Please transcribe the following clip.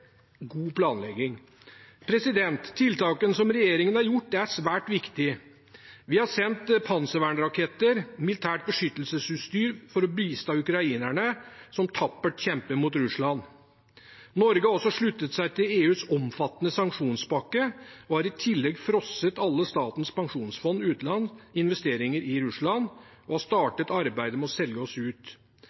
Tiltakene som regjeringen har gjort, er svært viktig. Vi har sendt panservernraketter, militært beskyttelsesutstyr, for å bistå ukrainerne som tappert kjemper mot Russland. Norge har også sluttet seg til EUs omfattende sanksjonspakke, og har i tillegg frosset alle Statens pensjonsfond utlands investeringer i Russland og startet arbeidet med å selge oss ut.